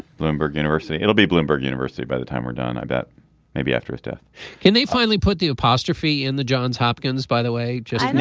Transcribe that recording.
bloomberg university it'll be bloomberg university by the time we're done about maybe after his death can they finally put the apostrophe in the johns hopkins by the way just